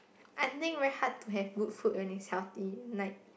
I think very had to have good food when it's healthy like